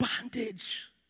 bondage